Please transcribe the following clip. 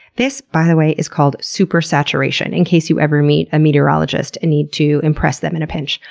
this, by the way, is called supersaturation, in case you ever meet a meteorologist and need to impress them in a pinch.